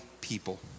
people